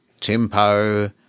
tempo